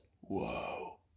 Whoa